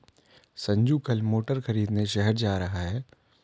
संजू कल मोटर खरीदने शहर जा रहा है